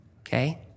okay